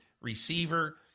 receiver